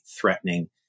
threatening